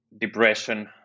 depression